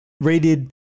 rated